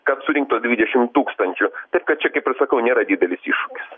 kad surinktų dvidešim tūkstančių taip kad čia kaip ir sakau nėra didelis iššūkis